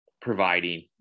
providing